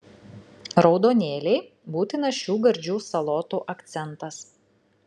raudonėliai būtinas šių gardžių salotų akcentas